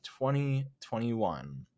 2021